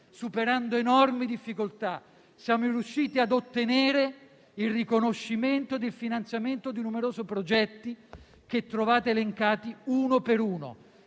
superando enormi difficoltà, siamo riusciti ad ottenere il riconoscimento del finanziamento di numerosi progetti, che trovate elencati uno per uno.